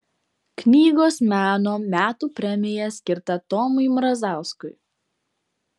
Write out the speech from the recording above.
knygos meno metų premija skirta tomui mrazauskui